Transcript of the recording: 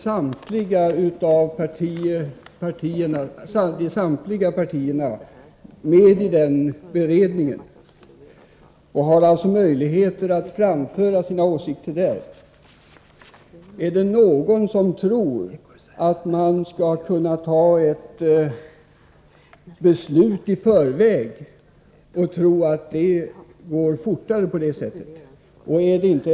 Samtliga partier sitter med i den utredningen och har möjlighet att där framföra sina åsikter. Är det någon som tror att man skulle nå ett resultat fortare genom att fatta beslut i dessa frågor innan utredningens förslag är framlagt än man gör genom att följa den normala arbetsgången?